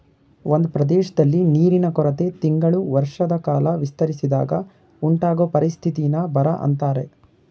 ಒಂದ್ ಪ್ರದೇಶ್ದಲ್ಲಿ ನೀರಿನ ಕೊರತೆ ತಿಂಗಳು ವರ್ಷದಕಾಲ ವಿಸ್ತರಿಸಿದಾಗ ಉಂಟಾಗೊ ಪರಿಸ್ಥಿತಿನ ಬರ ಅಂತಾರೆ